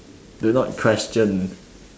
do not question